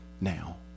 now